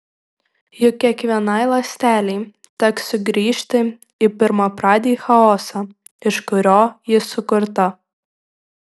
juk kiekvienai ląstelei teks sugrįžti į pirmapradį chaosą iš kurio ji sukurta